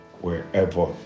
wherever